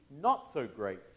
not-so-great